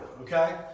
okay